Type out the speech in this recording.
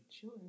Sure